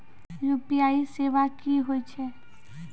UPI सेवा की होय छै?